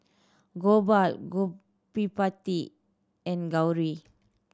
Gopal Gottipati and Gauri